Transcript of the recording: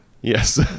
Yes